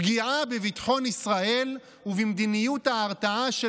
פגיעה בביטחון ישראל ובמדיניות ההרתעה של